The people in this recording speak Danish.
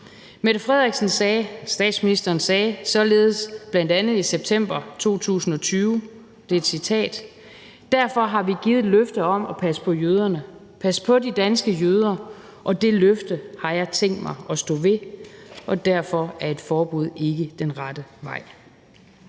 på de danske jøder. Statsministeren sagde bl.a. således i september 2020, og det er et citat: »Derfor har vi givet et løfte om at passe på jøderne, passe på de danske jøder, og det løfte har jeg tænkt mig at stå ved, og derfor er et forbud ikke den rette vej.«